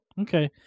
Okay